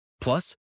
Plus